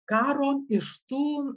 karo iš tų